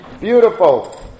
beautiful